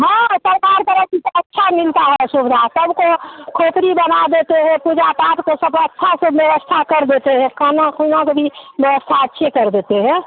हाँ सरकार तरफ से अच्छा मिलता है सुविधा सबको खोपड़ी बना देते हैं पूजा पाठ को सब अच्छा से व्यवस्था कर देते हैं खाना खूना की भी व्यवस्था अच्छी कर देते हैं